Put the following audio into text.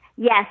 Yes